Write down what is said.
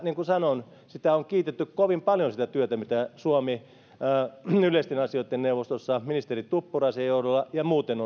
niin kuin sanoin on itse asiassa kiitetty kovin paljon sitä työtä mitä suomi yleisten asioitten neuvostossa ministeri tuppuraisen johdolla ja muuten